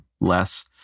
less